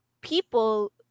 people